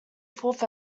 fourth